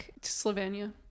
Slovenia